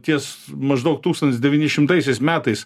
ties maždaug tūkstantis devyni šimtaisiais metais